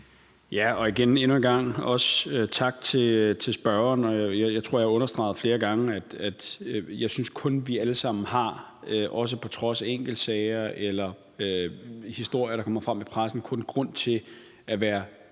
Endnu en gang vil jeg sige tak til spørgeren. Jeg tror, at jeg understregede flere gange, at jeg synes, at vi alle sammen – også på trods af enkeltsager eller historier, der kommer frem i pressen – kun har grund til at være